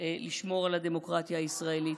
לשמור על הדמוקרטיה הישראלית,